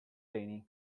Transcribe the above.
reni